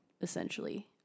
essentially